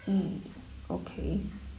mm okay